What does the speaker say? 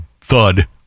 thud